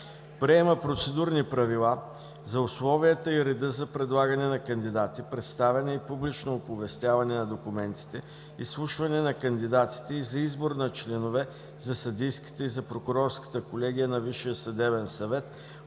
Приема процедурни правила за условията и реда за предлагане на кандидати, представяне и публично оповестяване на документите, изслушване на кандидатите и за избор на членове за съдийската и за прокурорската колегия на Висшия съдебен съвет